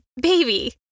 baby